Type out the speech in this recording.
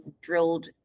drilled